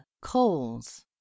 coals